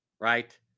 right